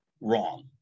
wrong